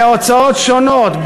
בהוצאות שונות,